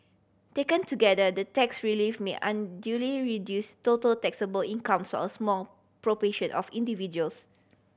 taken together the tax relief may unduly reduce total taxable incomes a small proportion of individuals